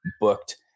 booked